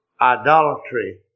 Idolatry